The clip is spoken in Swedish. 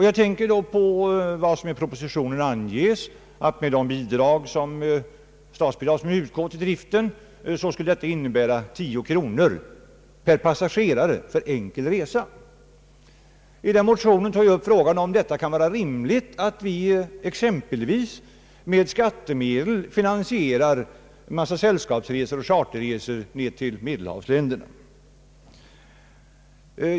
Jag tänker på vad som anges i propositionen om att med de statsbidrag, som utgår till driften, skulle detta innebära 10 kronor per passagerare för enkel resa. I den motionen tar vi upp frågan om det kan vara rimligt att exempelvis med skattemedel finansiera en massa sällskapsresor och charterresor till Medelhavsländerna.